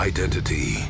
Identity